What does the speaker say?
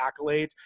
accolades